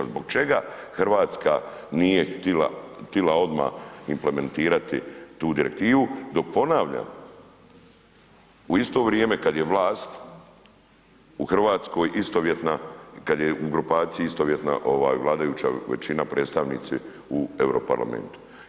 Zbog čega Hrvatska nije htjela odmah implementirati tu direktivu, dok, ponavljam, u isto vrijeme kad je vlast u Hrvatskoj istovjetna, kad je grupaciji istovjetna vladajuća većina, predstavnici u EU parlamentu.